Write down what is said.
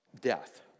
death